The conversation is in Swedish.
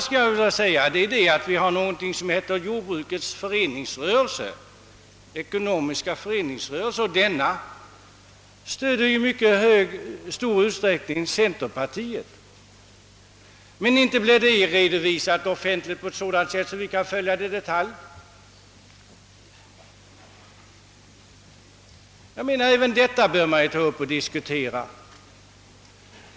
ka föreningsrörelse i mycket stor utsträckning centerpartiet. Men inte redovisas det offentligt på sådant sätt att vi kan följa det i detalj! även detta bör man ta upp och diskutera.